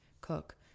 cook